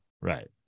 Right